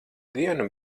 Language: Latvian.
dienu